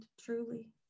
truly